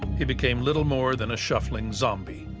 he became little more than a shuffling zombie.